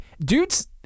dudes